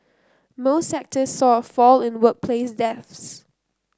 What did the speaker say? most sector saw a fall in workplace deaths